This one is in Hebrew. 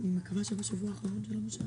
אני מקווה שבשבוע האחרון של המושב.